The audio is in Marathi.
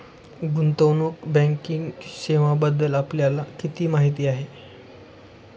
गुंतवणूक बँकिंग सेवांबद्दल आपल्याला किती माहिती आहे?